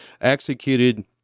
executed